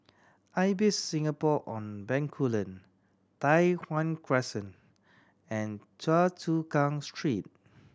Ibis Singapore On Bencoolen Tai Hwan Crescent and Choa Chu Kang Street